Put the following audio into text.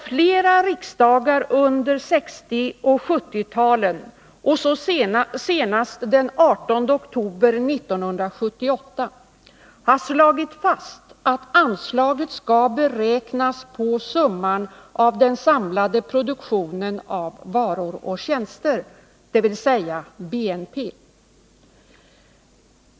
Flera riksdagar under 1960 och 1970-talen har slagit fast, och senast gjorde riksdagen det den 18 oktober 1978, att anslaget skall beräknas på summan av den samlade produktionen av varor och tjänster, dvs. BNP.